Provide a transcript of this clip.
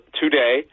today